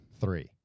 Three